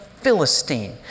Philistine